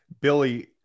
Billy